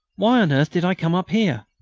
why on earth did i come up here?